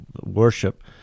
worship